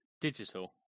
digital